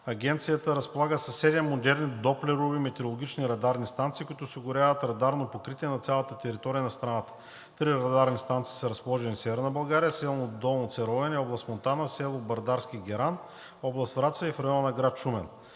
Агенцията разполага със седем модерни доплерови метеорологични радарни станции, които осигуряват радарно покритие на цялата територия на страната. Три радарни станции са разположени в Северна България – село Долно Церовене, област Монтана; село Бърдарски геран, област Враца, и в района на град Шумен.